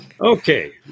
Okay